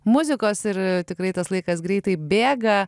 muzikos ir tikrai tas laikas greitai bėga